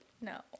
No